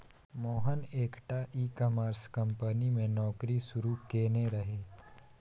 मोहन एकटा e commerce company मे नौकरी शुरू केने रहय